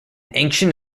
ancient